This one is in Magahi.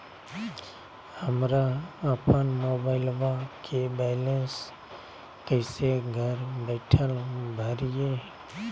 हमरा अपन मोबाइलबा के बैलेंस कैसे घर बैठल भरिए?